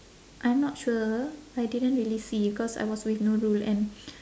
I'm not sure I didn't really see cause I was with nurul and